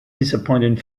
disappointing